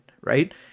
right